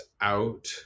out